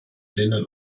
denen